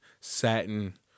satin